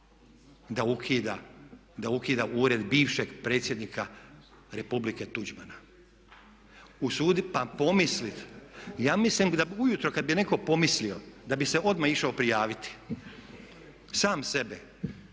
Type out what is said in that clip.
da ukida Ured bivšeg predsjednika Republike Tuđmana? Usuditi pa pomisliti. Ja mislim da ujutro kada bi netko pomislio da bi se odmah išao prijaviti, sam sebe